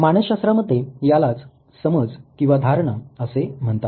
मानसशास्त्रामध्ये यालाच समज किंवा धारणा असे म्हणतात